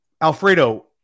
Alfredo